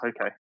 okay